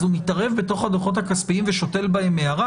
הוא מתערב בתוך הדוחות הכספיים ושותל בהם הערה?